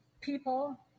people